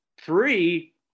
three